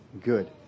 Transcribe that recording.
good